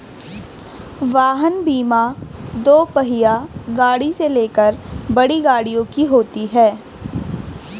वाहन बीमा दोपहिया गाड़ी से लेकर बड़ी गाड़ियों की होती है